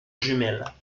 jumelles